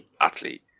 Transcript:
athlete